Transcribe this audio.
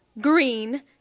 green